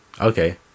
Okay